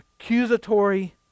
accusatory